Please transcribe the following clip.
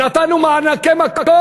נתנו מענקי מקום.